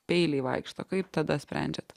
peiliai vaikšto kaip tada sprendžiat